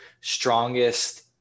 strongest